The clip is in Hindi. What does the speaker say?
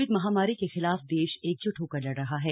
कोविड महामारी के खिलाफ देश एकज्ट होकर लड़ रहा है